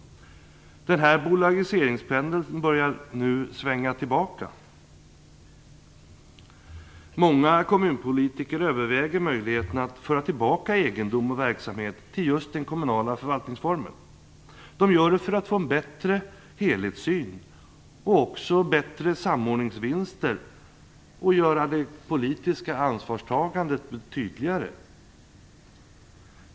Bolagiseringspendeln börjar nu svänga tillbaka. Många kommunpolitiker överväger möjligheten att föra tillbaka egendom och verksamhet till just den kommunala förvaltningsformen. Detta gör de för att få en bättre helhetssyn, för att få samordningsvinster och för att göra det politiska ansvarstagandet tydligare.